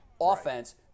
offense